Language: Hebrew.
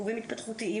אם יש לי בכלל קפיטריה.